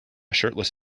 shirtless